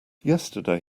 yesterday